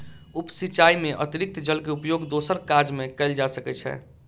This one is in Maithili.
उप सिचाई में अतरिक्त जल के उपयोग दोसर काज में कयल जा सकै छै